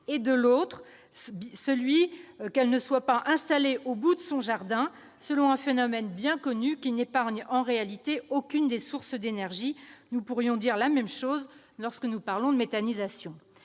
et, de l'autre, celui qu'elles ne soient pas installées au bout de son jardin, selon un phénomène bien connu, qui n'épargne en réalité aucune des sources d'énergie- nous pourrions dire la même chose avec la méthanisation.